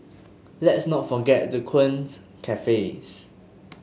let's not forget the quaint cafes